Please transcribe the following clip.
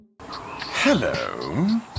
Hello